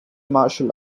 martial